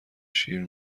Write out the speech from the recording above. شیر